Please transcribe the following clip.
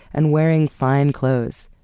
and wearing fine clothes.